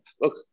look